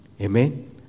Amen